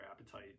appetite